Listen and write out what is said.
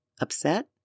Upset